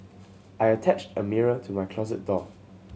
I attached a mirror to my closet door